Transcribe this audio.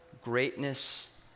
greatness